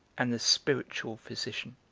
and the spiritual physician.